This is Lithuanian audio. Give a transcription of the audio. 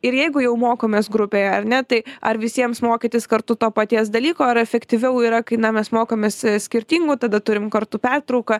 ir jeigu jau mokomės grupėje ar ne tai ar visiems mokytis kartu to paties dalyko ar efektyviau yra kai na mes mokomės skirtingų tada turim kartu pertrauką